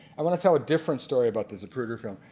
i'm going to tell a different story about the zapruder film.